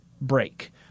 break